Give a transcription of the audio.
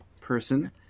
person